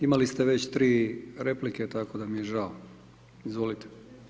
Imali ste već 3 replike tako da mi je žao, izvolite.